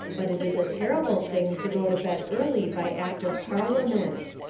but it is a terrible thing to go to bed early by act of parliament.